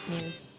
news